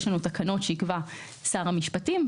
יש תקנות שיקבע שר המשפטים,